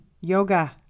Yoga